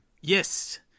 Yes